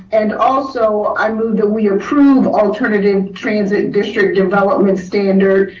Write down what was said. and also i move that we approve alternative transit district development standard,